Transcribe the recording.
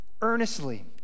earnestly